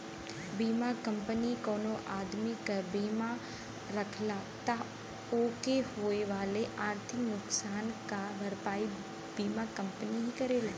बीमा कंपनी कउनो आदमी क बीमा करला त ओके होए वाले आर्थिक नुकसान क भरपाई बीमा कंपनी ही करेला